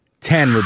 Ten